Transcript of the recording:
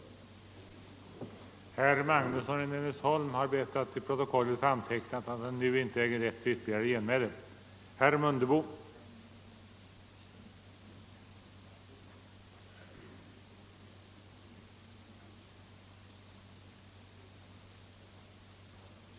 Onsdagen den